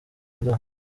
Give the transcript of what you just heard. amb